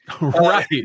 Right